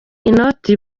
inote